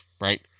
right